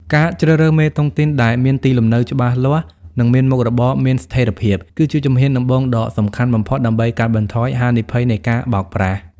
ការជ្រើសរើសមេតុងទីនដែលមានទីលំនៅច្បាស់លាស់ និងមានមុខរបរមានស្ថិរភាព គឺជាជំហានដំបូងដ៏សំខាន់បំផុត ដើម្បីកាត់បន្ថយហានិភ័យនៃការបោកប្រាស់។